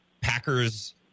Packers